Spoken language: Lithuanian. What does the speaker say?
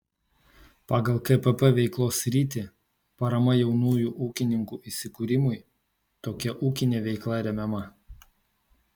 pagal kpp veiklos sritį parama jaunųjų ūkininkų įsikūrimui tokia ūkinė veikla remiama